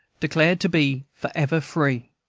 declared to be forever free.